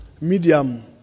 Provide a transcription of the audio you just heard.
medium